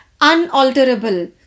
unalterable